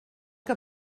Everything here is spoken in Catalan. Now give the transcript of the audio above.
que